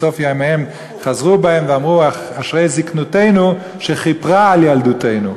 בסוף ימיהם חזרו בהם ואמרו: אשרי זיקנותנו שכיפרה על ילדותנו.